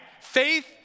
Faith